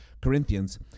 Corinthians